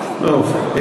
לא הכול.